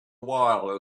while